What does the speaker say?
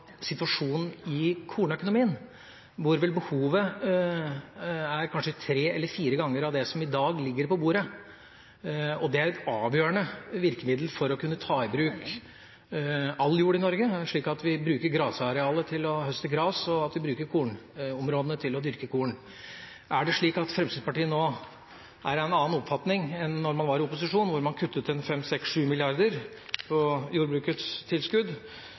situasjonen i kornøkonomien, hvor vel behovet kanskje er tre eller fire ganger av det som i dag ligger på bordet. Det er et avgjørende virkemiddel for å kunne ta i bruk all jord i Norge, slik at vi bruker grasarealet til å høste gras og kornområdene til å dyrke korn. Er det slik at Fremskrittspartiet nå er av en annen oppfatning enn da man var i opposisjon, hvor man kuttet 5 mrd. kr, 6 mrd. kr, 7 mrd. kr på jordbrukets tilskudd